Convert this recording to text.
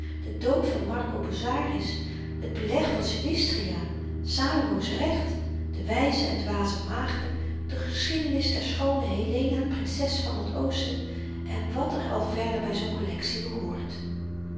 den dood van marco bozzaris t beleg van silistria salomo's recht de wyze en dwaze maagden de geschiedenis der schoone helena princesse van het oosten en wat er al verder by zoo'n kollektie behoort